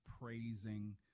praising